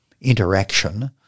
interaction